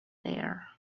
there